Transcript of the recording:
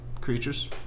creatures